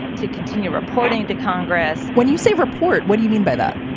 to continue reporting to congress. when you say report, what do you mean by that?